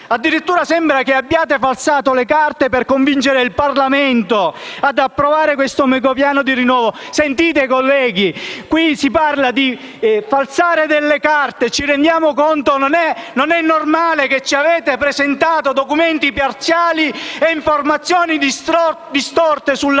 Addirittura sembra che abbiate falsato le carte per convincere il Parlamento ad approvare questo megapiano di rinnovo. Sentite colleghi: qui si parla di falsare delle carte. Ci rendiamo conto? Non è normale che ci abbiate presentato documenti parziali e informazioni distorte sulla